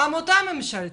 עמותה ממשלתית,